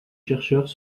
chercheurs